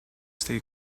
stay